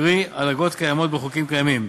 קרי על אגרות קיימות בחוקים קיימים,